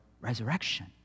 resurrection